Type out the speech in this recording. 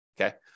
Okay